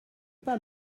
pas